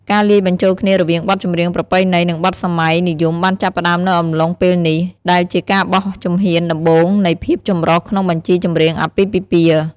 ការលាយបញ្ចូលគ្នារវាងបទចម្រៀងប្រពៃណី និងបទសម័យនិយមបានចាប់ផ្តើមនៅអំឡុងពេលនេះ ដែលជាការបោះជំហានដំបូងនៃភាពចម្រុះក្នុងបញ្ជីចម្រៀងអាពាហ៍ពិពាហ៍។